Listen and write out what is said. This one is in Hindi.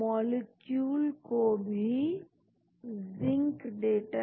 तो हम अगले व्याख्यानओं में कंप्यूटर ऐडेड ड्रग डिजाइन के बारे में और बात करेंगे